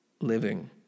living